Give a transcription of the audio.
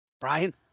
Brian